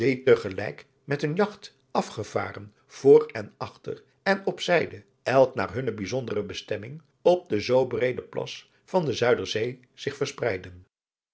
gelijk met hun jagt afgevaren voor en achter en op zijde elk naar hunne bijzondere bestemming op den zoo breeden plas van de zuiderzee zich verspreidden